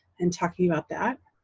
and talking about that.